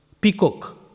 peacock